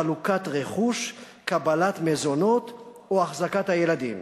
חלוקת רכוש, קבלת מזונות או החזקת הילדים.